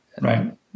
Right